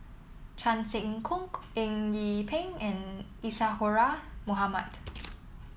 Chan Sek Keong Eng Yee Peng and Isadhora Mohamed